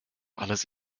alles